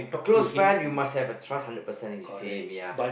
close friend you must have a trust hundred percent with him ya